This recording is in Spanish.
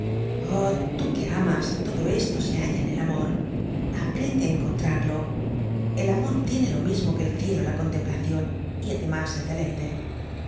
tú que amas todo esto se halla en el amor aprende á encontrarlo el amor tiene lo mismo que el cielo la contemplacion y además el deleite